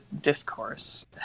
discourse